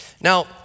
now